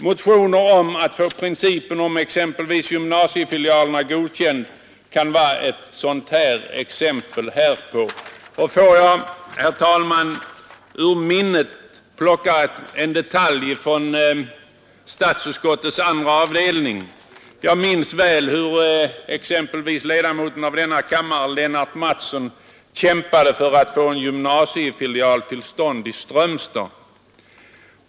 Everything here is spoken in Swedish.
Motioner om att få principen om gymnasiefilialerna godkänd kan vara ett exempel härpå. Får jag, herr talman, ur minnet plocka en detalj från statsutskottets andra avdelning. Jag minns väl hur exempelvis ledamoten av denna kammare Lennart Mattsson kämpade för att få en gymnasiefilial till stånd i Strömstad.